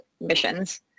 missions